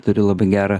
turiu labai gerą